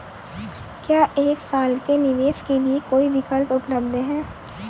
क्या एक साल के निवेश के लिए कोई विकल्प उपलब्ध है?